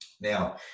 Now